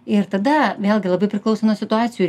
ir tada vėlgi labai priklauso nuo situacijų